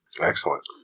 Excellent